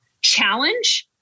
challenge